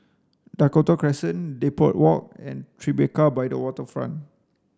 Dakota Crescent Depot Walk and Tribeca by the Waterfront